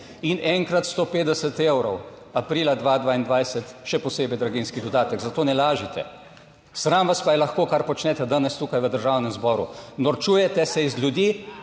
in enkrat 150 evrov, aprila 2022 še posebej draginjski dodatek. Zato ne lažite. Sram vas pa je lahko kar počnete danes tukaj v Državnem zboru. Norčujete se iz ljudi